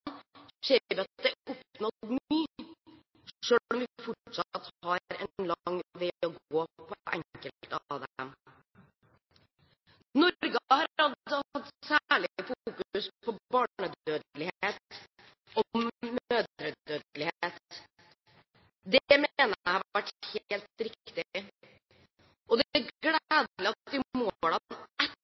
ser vi at det er oppnådd mye, selv om vi fortsatt har en lang vei å gå på enkelte av målene. Norge har hatt særlig fokus på barnedødelighet og mødredødelighet. Det mener jeg har vært helt riktig, og det er gledelig at